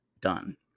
done